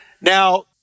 Now